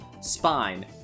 Spine